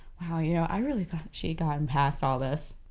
ah yeah i really thought she'd gotten past all this.